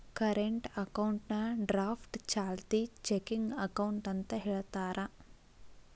current ಅಕೌಂಟ್ನಾ draft ಚಾಲ್ತಿ checking account ಅಂತ ಹೇಳ್ತಾರ